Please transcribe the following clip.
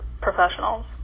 professionals